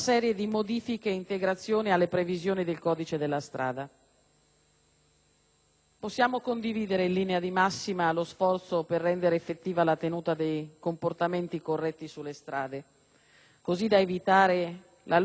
Possiamo condividere, in linea di massima, lo sforzo per rendere effettiva la tenuta di comportamenti corretti sulle strade così da evitare la lunga e drammatica lista di incidenti a cui ogni giorno assistiamo.